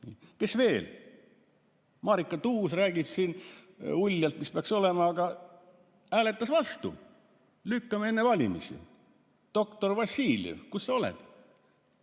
Kes veel? Marika Tuus räägib siin uljalt, mis peaks olema, aga hääletas vastu. Lükkame [edasi] enne valimisi. Doktor Vassiljev. Kus sa oled?